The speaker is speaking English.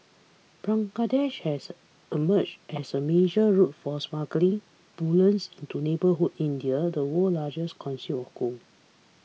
Bangladesh has emerged as a major route for smuggled bullion's into neighbourhood India the world's largest consumer of gold